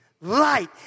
light